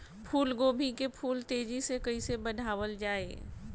फूल गोभी के फूल तेजी से कइसे बढ़ावल जाई?